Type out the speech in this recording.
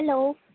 hello